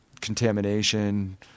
contamination